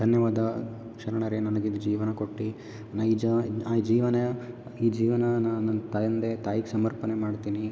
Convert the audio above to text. ಧನ್ಯವಾದ ಶರಣರೇ ನಮಗಿದು ಜೀವನ ಕೊಟ್ಟು ನೈಜ ಆ ಜೀವನ ಈ ಜೀವನ ನಾನು ನನ್ನ ತಂದೆ ತಾಯಿಗೆ ಸಮರ್ಪಣೆ ಮಾಡ್ತೀನಿ